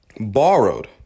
borrowed